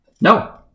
no